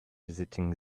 visiting